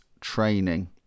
training